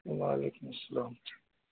و علیکم السلام